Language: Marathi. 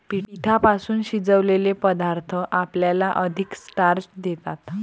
पिठापासून शिजवलेले पदार्थ आपल्याला अधिक स्टार्च देतात